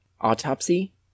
autopsy